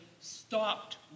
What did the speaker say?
stopped